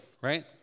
right